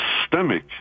systemic